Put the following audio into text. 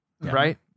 right